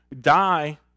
die